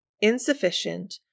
insufficient